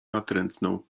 natrętną